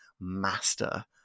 master